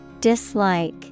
Dislike